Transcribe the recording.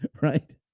Right